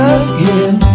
again